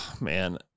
Man